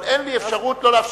אבל אין לי אפשרות לא לאפשר.